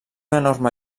enorme